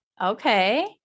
Okay